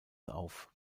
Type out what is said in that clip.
auf